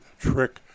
trick